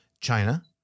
China